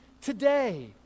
Today